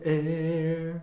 air